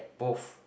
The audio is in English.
both